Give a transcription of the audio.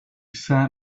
sat